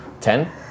Ten